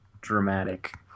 dramatic